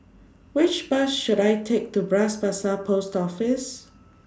Which Bus should I Take to Bras Basah Post Office